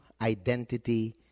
identity